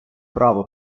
право